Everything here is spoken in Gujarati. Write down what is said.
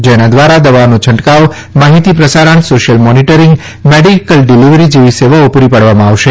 જેના દ્વારા દવાનો છંટકાવ માહિતી પ્રસારણ સોશિયલ મોનીટરીંગ મેડિકલ ડીલીવરી જેવી સેવાઓ પૂરી પાડવામાં આવશે